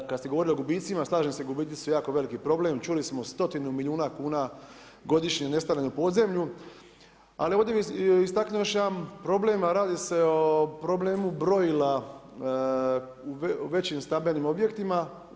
Kad ste govorili o gubicima, slažem se, gubici su jako veliki problem, čuli smo, stotinu milijuna kuna godišnje nestane u podzemlju ali ovdje bi istaknuo još jedan problem a radi se o problemu brojila u većim stambenim objektima.